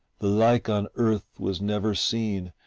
the like on earth was never seen,